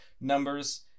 numbers